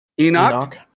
Enoch